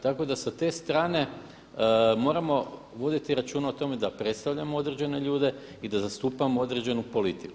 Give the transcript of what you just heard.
Tako da sa te strane moramo voditi računa o tome da predstavljamo određene ljude i da zastupamo određenu politiku.